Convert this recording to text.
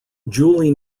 julie